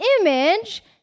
image